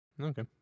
Okay